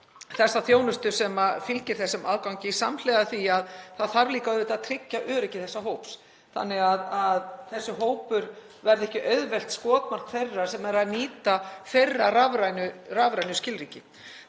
þessa þjónustu sem fylgir þessum aðgangi þarf líka samhliða auðvitað að tryggja öryggi þessa hóps þannig að hann verði ekki auðvelt skotmark þeirra sem eru að nýta þeirra rafrænu skilríki.